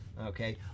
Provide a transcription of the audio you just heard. okay